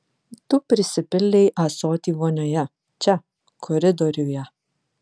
tu prisipildei ąsotį vonioje čia koridoriuje